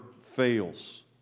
fails